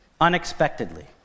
Unexpectedly